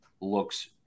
looks